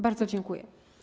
Bardzo dziękuję.